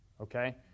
Okay